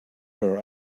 her